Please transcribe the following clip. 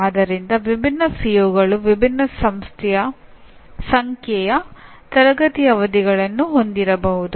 ಆದ್ದರಿಂದ ವಿಭಿನ್ನ ಸಿಒಗಳು ವಿಭಿನ್ನ ಸಂಖ್ಯೆಯ ತರಗತಿ ಅವಧಿಗಳನ್ನು ಹೊಂದಿರಬಹುದು